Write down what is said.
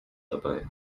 dabei